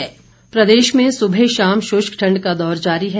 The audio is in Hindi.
मौसम प्रदेश में सुबह शाम शुष्क ठंड का दौर जारी है